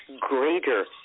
greater